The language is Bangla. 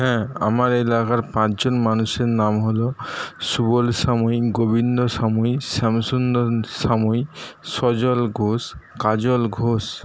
হ্যাঁ আমার এলাকার পাঁচ জন মানুষের নাম হল সুবল সামুই গোবিন্দ সামুই শ্যামসুন্দর সামুই সজল ঘোষ কাজল ঘোষ